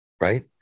right